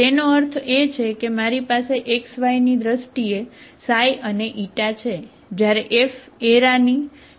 તેનો અર્થ એ છે કે મારી પાસે x y ની દ્રષ્ટિએ ξ અને η છે